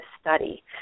study